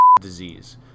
disease